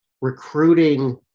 recruiting